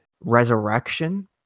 resurrection